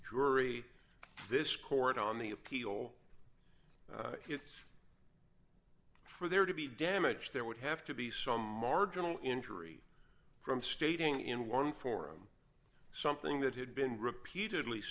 jury this court on the appeal it's for there to be damage there would have to be some marginal injury from stating in one form something that had been repeatedly